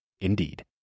indeed